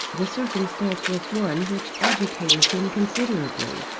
the circumstance was one which agitated him considerably,